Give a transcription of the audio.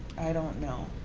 i don't know.